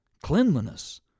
Cleanliness